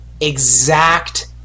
exact